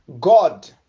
God